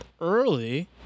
early